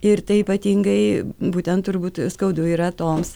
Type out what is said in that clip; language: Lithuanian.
ir tai ypatingai būtent turbūt skaudu yra toms